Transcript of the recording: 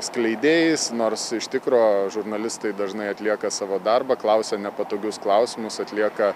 skleidėjais nors iš tikro žurnalistai dažnai atlieka savo darbą klausia nepatogius klausimus atlieka